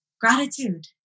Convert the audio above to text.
Gratitude